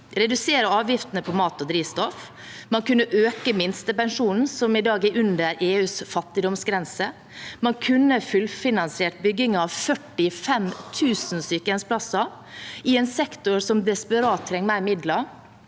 redusert avgiftene på mat og drivstoff. Man kunne økt minstepensjonen, som i dag er under EUs fattigdomsgrense. Man kunne fullfinansiert byggingen av 45 000 sykehjemsplasser, i en sektor som desperat trenger mer midler,